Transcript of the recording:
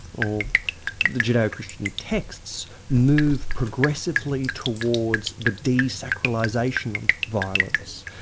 or the judaeo-christian texts move progressively towards the desacrilisation of violence,